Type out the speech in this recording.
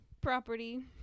property